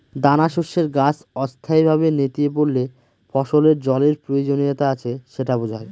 দানাশস্যের গাছ অস্থায়ীভাবে নেতিয়ে পড়লে ফসলের জলের প্রয়োজনীয়তা আছে সেটা বোঝায়